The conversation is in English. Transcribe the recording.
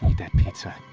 that pizza,